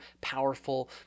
powerful